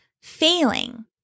failing